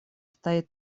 стоит